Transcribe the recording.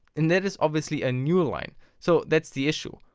and that is obviously a newline. so that's the issue.